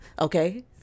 Okay